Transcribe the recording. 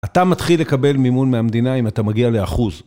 אתה מתחיל לקבל מימון מהמדינה אם אתה מגיע לאחוז.